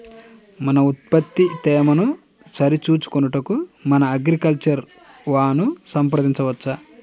మన ఉత్పత్తి తేమను సరిచూచుకొనుటకు మన అగ్రికల్చర్ వా ను సంప్రదించవచ్చా?